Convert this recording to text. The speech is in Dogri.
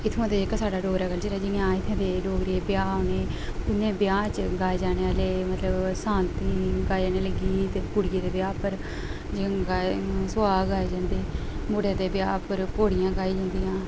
इत्थूं दा जेह्का साढ़ा डोगरा कल्चर ऐ जि'यां इत्थूं दे डोगरी ब्याह् होने उ'नें ब्याह् च गाए जाने आह्ले मतलब सांह्दी गाए जाने आह्ले गीत कुड़ियें दे ब्याह् उप्पर जि'यां गाए सुहाग गाए जंदे मुड़े दे ब्याह् उप्पर घोड़ियां गाइयां जंदियां